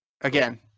again